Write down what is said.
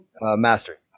Master